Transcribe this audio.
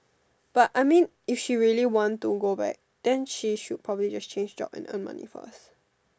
but I mean if she really want to go back then she should probably just change job and earn money for us